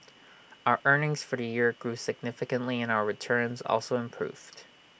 our earnings for the year grew significantly and our returns also improved